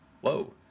whoa